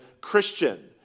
Christian